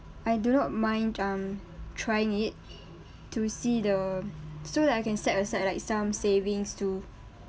I do not mind um trying it to see the so that I can set aside like some savings too